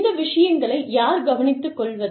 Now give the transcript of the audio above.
இந்த விஷயங்களை யார் கவனித்துக்கொள்வது